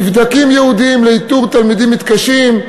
מבדקים ייעודיים לאיתור תלמידים מתקשים,